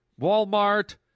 Walmart